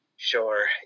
Sure